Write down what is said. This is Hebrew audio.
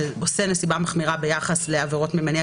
שעושה נסיבה מחמירה ביחס לעבירות ממניע